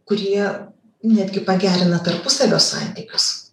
kurie netgi pagerina tarpusavio santykius